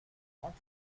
not